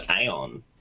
Aeon